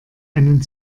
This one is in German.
einen